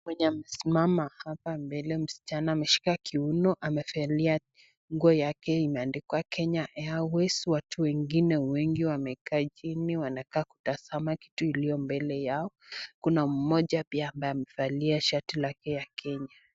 Mwenye amesimama hapa mbele mschana ameshika kiuno amevalia nguo yake imeandikwa Kenya Airways. Watu wengine wengi wamekaa chini wanakaa kutazama kitu iliyo mbele yao, kuna mmoja pia ambaye amevalia shati lake ya Kenya.